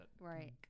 right